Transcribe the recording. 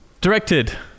directed